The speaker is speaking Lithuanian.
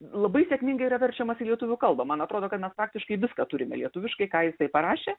labai sėkmingai yra verčiamas į lietuvių kalbą man atrodo kad mes praktiškai viską turime lietuviškai ką jisai parašė